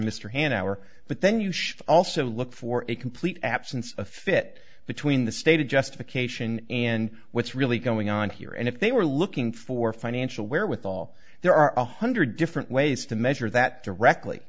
mr hanauer but then you also look for a complete absence of fit between the stated justification and what's really going on here and if they were looking for financial wherewithal there are one hundred different ways to measure that directly